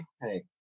Hey